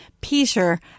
Peter